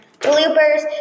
bloopers